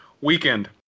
weekend